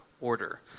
order